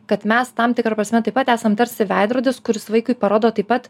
kad mes tam tikra prasme taip pat esam tarsi veidrodis kuris vaikui parodo taip pat